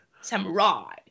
Samurai